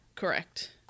Correct